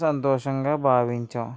సంతోషంగా భావించాము